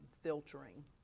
filtering